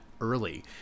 Early